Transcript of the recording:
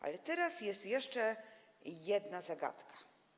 Ale teraz jest jeszcze jedna zagadka.